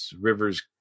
Rivers